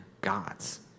God's